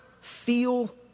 feel